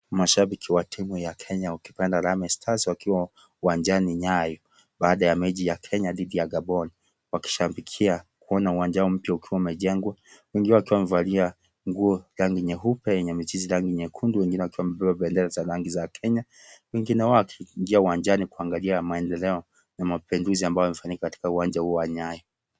Mashabiki wa timu ya Kenya ukipenda Harambe stars wakiwa uwanjani Nyayo baada ya mechi Kenya didhi ya Gabon wakishabikia kuona uwanja wao mpya ukiwaumejengwa wengine wakiwa wamevalia nguo yenye rangi nyeupe yenye mijirisi rangi nyekundu wengine wakiwa wamebeba bendera za rangi za Kenya wengine wao wakiingia uwanjani kuona maendeleo na mapenduzi ambayo yamefanyika katika uwanja huu wa Nyayo.